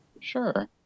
Sure